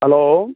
hello